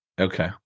Okay